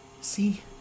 see